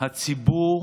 הציבור